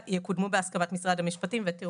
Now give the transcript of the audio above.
אני אמשיך, ברשותכם, לעניין הליכי החקיקה.